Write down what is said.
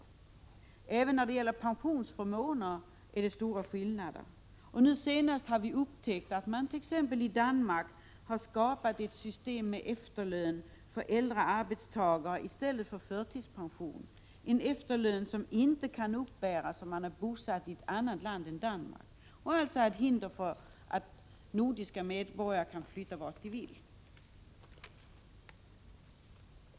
Även när det gäller pensionsförmåner finns det stora skillnader. Nu senast har vi upptäckt att man t.ex. i Danmark har skapat ett system med efterlön för äldre arbetstagare i stället för förtidspension. Efterlön kan inte uppbäras om man är bosatt i ett annat land än Danmark. Detta utgör alltså ett hinder för att nordiska medborgare skall kunna flytta vart de vill.